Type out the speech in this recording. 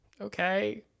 Okay